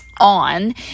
on